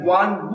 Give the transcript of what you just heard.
one